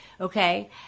Okay